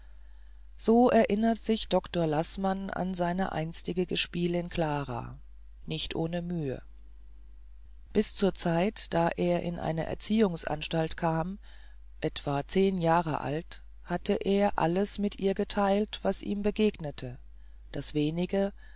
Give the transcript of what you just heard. so erinnert sich doktor laßmann an seine einzige gespielin klara nicht ohne mühe bis zur zeit da er in eine erziehungsanstalt kam etwa zehn jahre alt hat er alles mit ihr geteilt was ihm begegnete das wenige